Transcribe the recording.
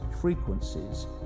frequencies